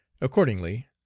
accordingly